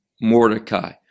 Mordecai